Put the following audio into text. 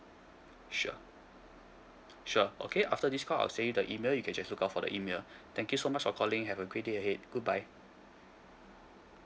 sure sure okay after this call I'll send you the email you can just look out for the email thank you so much for calling have a great day ahead goodbye